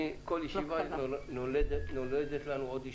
כל ישיבה נולדת לנו עוד ישיבה.